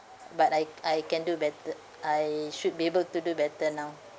but I I can do better I should be able to do better now